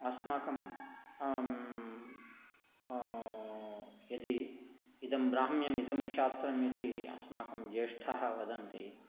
अस्माकं यदि इदं ब्राह्म्यमिदंक्षात्रम् इति अस्माकं ज्येष्ठाः वदन्ति